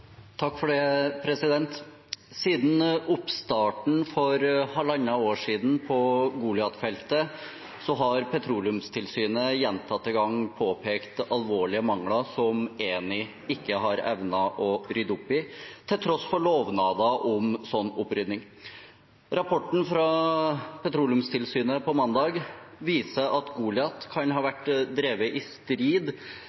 Siden oppstarten på Goliat-feltet for halvannet år siden har Petroleumstilsynet gjentatte ganger påpekt alvorlige mangler som Eni ikke har evnet å rydde opp i, til tross for lovnader om slik opprydding. Rapporten fra Petroleumstilsynet mandag viser at Goliat kan ha